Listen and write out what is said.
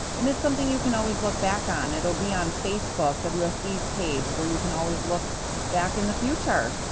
and it's something you can always look back on. it'll be on facebook wsd's page, where you can always look back in the future!